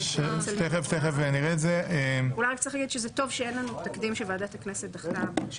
צריך להגיד שזה טוב שאין לנו תקדים שוועדת הכנסת דחתה.